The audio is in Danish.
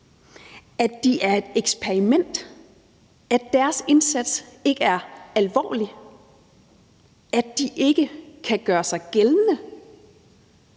At de er et eksperiment? At deres indsats ikke er alvorlig? At de ikke kan gøre sig gældende?